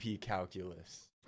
calculus